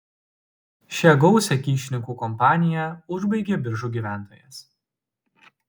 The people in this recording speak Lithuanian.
šią gausią kyšininkų kompaniją užbaigė biržų gyventojas